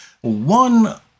One